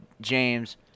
James